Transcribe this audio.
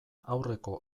aurreko